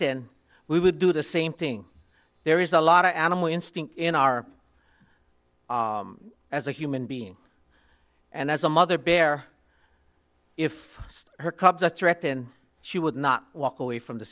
thin we would do the same thing there is a lot of animal instinct in our as a human being and as a mother bear if her cubs are threatened she would not walk away from the